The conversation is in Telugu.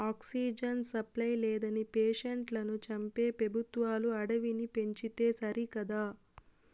ఆక్సిజన్ సప్లై లేదని పేషెంట్లను చంపే పెబుత్వాలు అడవిని పెంచితే సరికదా